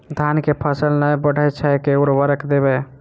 धान कऽ फसल नै बढ़य छै केँ उर्वरक देबै?